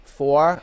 four